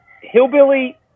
hillbilly